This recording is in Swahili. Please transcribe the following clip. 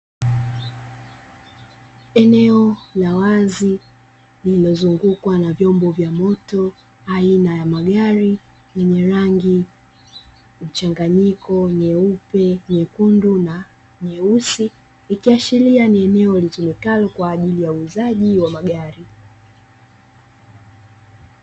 Eneo la wazi limezungukwa na vyombo vya moto aina ya magari yenye rangi mchanganyiko: nyeupe, nyekundu na nyeusi ikiashiria ni eneo litumikalo kwa ajili ya uuzaji wa magari.